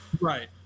right